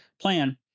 plan